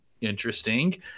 interesting